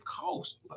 cost